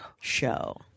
show